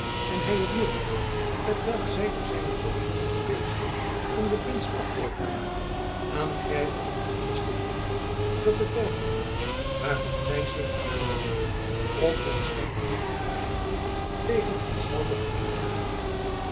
dat hy het middel t welk zy door zijne hulp zoeken te bezigen om den prins afbreuk te doen aangrijpe om den prins te dienen dat het werktuig waarvan zy zich bedienen willen om hun schendig doel te bereiken tegen hen zelve gekeerd worde